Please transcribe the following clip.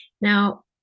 Now